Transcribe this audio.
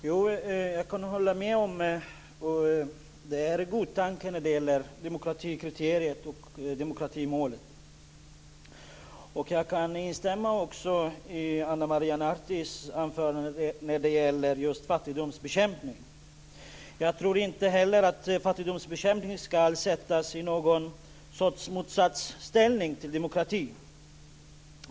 Fru talman! Jag kan hålla med om att det är en god tanke med demokratikriteriet och demokratimålet. Jag kan instämma i Ana Maria Nartis anförande om fattigdomsbekämpningen. Jag tror inte heller att fattigdomsbekämpningen ska sättas i något slags motsatsställning till demokrati.